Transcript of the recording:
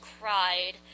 cried